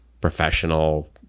professional